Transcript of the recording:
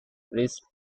wrist